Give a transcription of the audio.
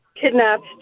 kidnapped